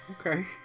okay